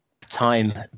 time